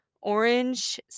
orange